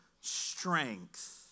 strength